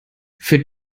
für